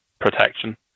protection